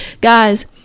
Guys